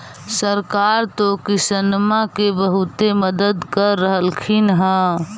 सरकार तो किसानमा के बहुते मदद कर रहल्खिन ह?